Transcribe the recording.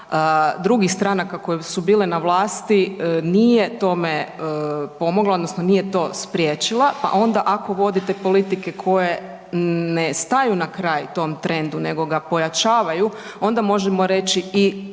drugih stranaka koje su bile na vlasti nije tome pomogla odnosno nije to spriječila. Pa onda ako vodite politike koje ne staju na kraj tom trendu nego ga pojačavaju onda možemo reći i